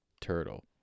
turtle